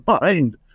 mind